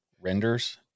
renders